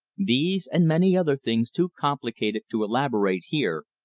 these, and many other things too complicated to elaborate here,